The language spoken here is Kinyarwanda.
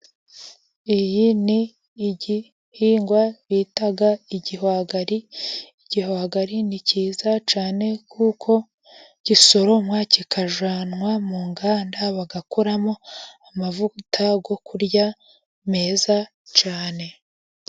Iyi ni igihingwa bita igihwagari, igihwagari ni cyiza cyane kuko gisoromwa kikajyanwa mu nganda bagakoramo amavuta yo kurya meza cyane.